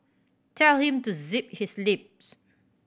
tell him to zip his lips